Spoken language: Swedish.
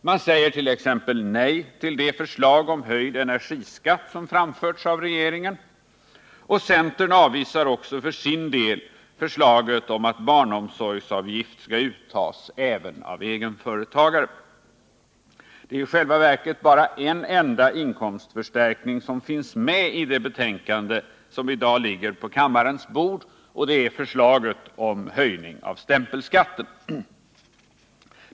Man säger t.ex. nej till det förslag om höjd energiskatt som framförts av regeringen, och centern avvisar för sin del också förslaget om att barnomsorgsavgift skall uttas även av egenföretagare. Det är i själva verket bara en en enda inkomstförstärkning som finns med i de betänkanden som i dag ligger på kammarens bord, och det är förslaget om en höjning av stämpelskatten.